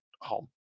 home